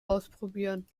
ausprobieren